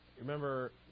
remember